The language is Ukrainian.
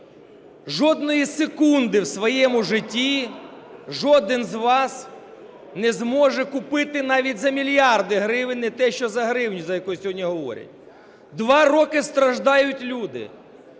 Жодної секунди в своєму житті жоден з вас не зможе купити навіть за мільярди гривень, не те, що за гривню, за яку сьогодні говорять. Два роки страждають люди.